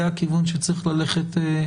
זה הכיוון שצריך ללכת אליו.